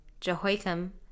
Jehoiakim